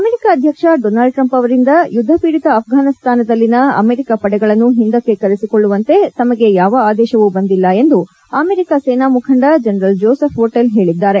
America ಅಧ್ಯಕ್ಷ Donald Trump ಅವರಿಂದ ಯುದ್ದಪೀಡಿತ ಅಫ್ರಾನಿಸ್ತಾನದಲ್ಲಿನ ಅಮೆರಿಕ ಪಡೆಗಳನ್ನು ಹಿಂದಕ್ಕೆ ಕರೆಸಿಕೊಳ್ಳುವಂತೆ ತಮಗೆ ಯಾವ ಆದೇಶವೂ ಬಂದಿಲ್ಲ ಎಂದು ಅಮೆರಿಕಾ ಸೇನಾ ಮುಖಂಡ ಜನರಲ್ ಜೋಸೆಫ್ ವೊಟೆಲ್ ಹೇಳಿದ್ದಾರೆ